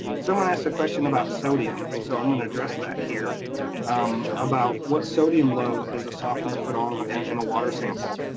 someone asked a question about sodium and so i'm going to address that here um about what sodium load does a softener put on in a water sample?